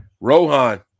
Rohan